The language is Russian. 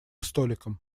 столиком